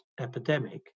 epidemic